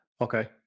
Okay